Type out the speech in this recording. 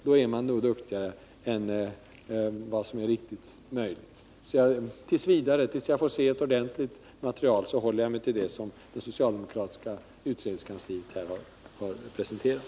Tills jag har fått ta del av ett ordentligt bemötande håller jag mig därför till det som det socialdemokratiska utredningskansliet har presenterat.